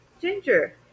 ginger